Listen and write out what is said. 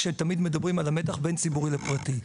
כשתמיד מדברים על המתח בין ציבורי לפרטי.